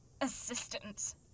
assistant